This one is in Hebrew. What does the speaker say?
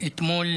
אתמול